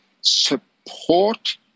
support